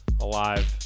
Alive